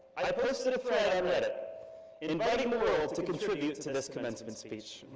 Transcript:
i posted a thread on reddit inviting the world to contribute to this commencement speech.